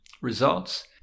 results